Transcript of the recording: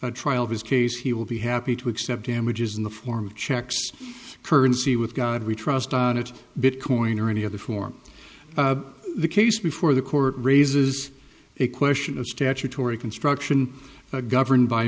and trial his case he will be happy to accept damages in the form of checks currency with god we trust on it bitcoin or any other form the case before the court raises a question of statutory construction governed by